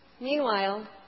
Meanwhile